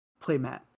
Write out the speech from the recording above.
playmat